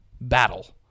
battle